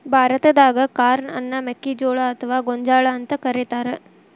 ಭಾರತಾದಾಗ ಕಾರ್ನ್ ಅನ್ನ ಮೆಕ್ಕಿಜೋಳ ಅತ್ವಾ ಗೋಂಜಾಳ ಅಂತ ಕರೇತಾರ